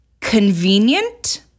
convenient